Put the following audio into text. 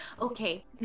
Okay